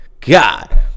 God